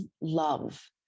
love